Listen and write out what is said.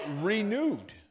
renewed